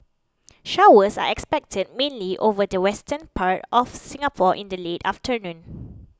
showers are expected mainly over the western part of Singapore in the late afternoon